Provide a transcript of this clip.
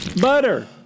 Butter